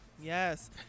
Yes